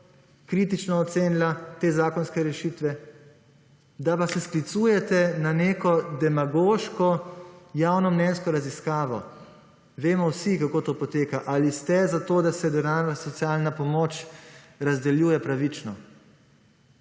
kritično ocenila te zakonske rešitve, da pa se sklicujete na neko demagoško javno mnenjsko raziskavo. Vemo vsi kako to poteka: Ali ste za to, da se denarna socialna pomoč razdeljuje pravično?